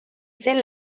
zen